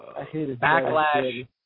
Backlash